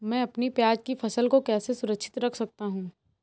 मैं अपनी प्याज की फसल को कैसे सुरक्षित रख सकता हूँ?